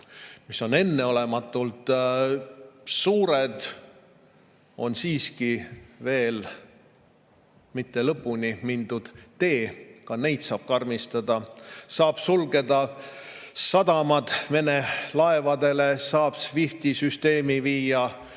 mis on enneolematult suured, ei ole siiski veel lõpuni mindud tee, ka neid saab karmistada. Saab sulgeda sadamad Vene laevadele, saab SWIFT‑süsteemist